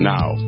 Now